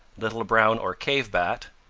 little brown or cave bat,